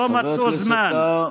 חבר הכנסת טאהא,